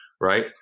right